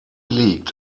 liegt